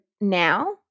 now